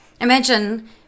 Imagine